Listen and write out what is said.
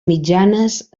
mitjanes